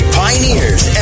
pioneers